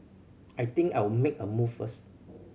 I think I'll make a move first